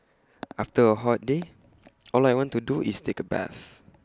after A hot day all I want to do is take A bath